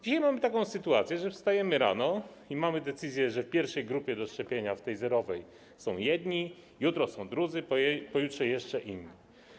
Dzisiaj mamy taką sytuację, że wstajemy rano i mamy decyzję, że w pierwszej grupie do szczepienia, w tej zerowej, są jedni, a jutro - że są drudzy, pojutrze - że jeszcze inni.